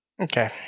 Okay